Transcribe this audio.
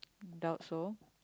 doubt so